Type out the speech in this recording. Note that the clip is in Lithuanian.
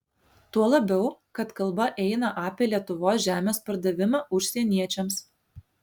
tuo labiau kad kalba eina apie lietuvos žemės pardavimą užsieniečiams